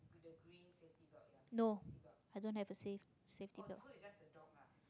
no i don't have a safe~ safety belt